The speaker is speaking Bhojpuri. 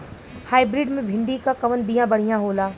हाइब्रिड मे भिंडी क कवन बिया बढ़ियां होला?